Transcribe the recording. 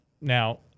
now